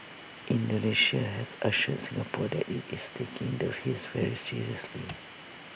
Indonesia has assured Singapore that IT is taking the haze very seriously